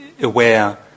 aware